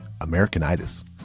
Americanitis